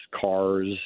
cars